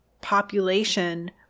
population